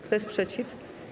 Kto jest przeciw?